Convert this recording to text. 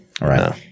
Right